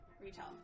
retail